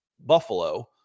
buffalo